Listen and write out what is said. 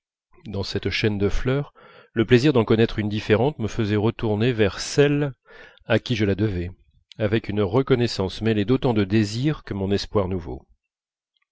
dans cette chaîne de fleurs le plaisir d'en connaître une différente me faisait retourner vers celle à qui je la devais avec une reconnaissance mêlée d'autant de désir que mon espoir nouveau